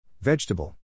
Vegetable